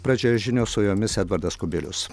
pradžioje žinios su jomis edvardas kubilius